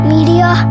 Media